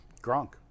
Gronk